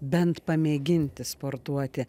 bent pamėginti sportuoti